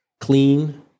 clean